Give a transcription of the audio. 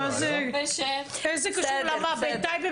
בטייבה,